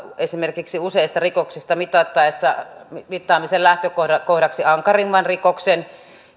esimerkiksi useista rikoksista mitattaessa mittaamisen lähtökohdaksi ankarimman rikoksen